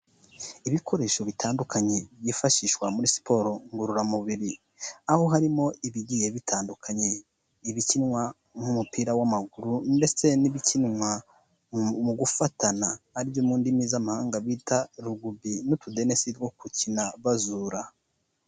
Ibikoresho bitandukanye byifashishwa muri siporo ngororamubiri, aho harimo ibigiye bitandukanye, ibikinwa nk'umupira w'amaguru ndetse n'ibikinwa mu gufatana aribyo mu ndimi z'amahanga bita rugubi n'utudenesi two kukina bazura.